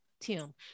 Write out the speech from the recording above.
tim